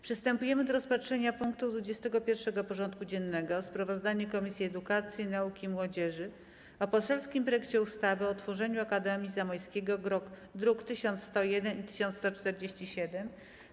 Przystępujemy do rozpatrzenia punktu 21. porządku dziennego: Sprawozdanie Komisji Edukacji, Nauki i Młodzieży o poselskim projekcie ustawy o utworzeniu Akademii Zamojskiej (druki nr 1101 i 1147)